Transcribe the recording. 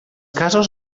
casos